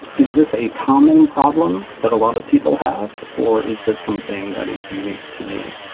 is this a common problem that a lot of people have, or is this something that is unique to me?